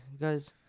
guys